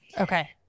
Okay